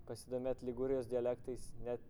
pasidomėt ligūrijos dialektais net